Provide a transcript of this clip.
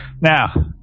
Now